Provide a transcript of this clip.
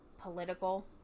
political